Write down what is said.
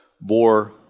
bore